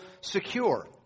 secure